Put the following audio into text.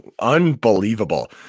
unbelievable